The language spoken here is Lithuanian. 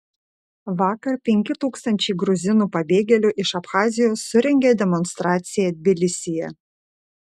vakar penki tūkstančiai gruzinų pabėgėlių iš abchazijos surengė demonstraciją tbilisyje